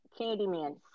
Candyman